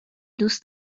دوست